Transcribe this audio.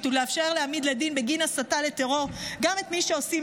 ולאפשר להעמיד לדין בגין הסתה לטרור גם את מי שעושים